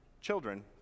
Children